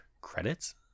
credits